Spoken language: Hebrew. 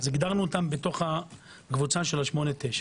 הגדרנו אותם בקבוצה של ה-8/9.